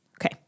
Okay